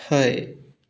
हय